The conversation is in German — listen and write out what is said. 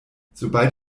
sobald